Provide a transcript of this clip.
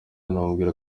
anamubwira